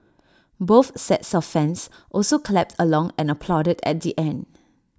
both sets of fans also clapped along and applauded at the end